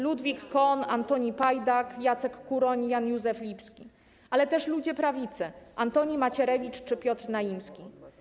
Ludwik Cohn, Antoni Pajdak, Jacek Kuroń, Jan Józef Lipski, ale też ludzie prawicy: Antoni Macierewicz czy Piotr Naimski.